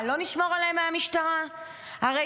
מה,